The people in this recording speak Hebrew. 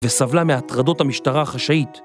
וסבלה מהטרדות המשטרה החשאית.